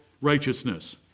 righteousness